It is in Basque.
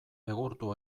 egurtu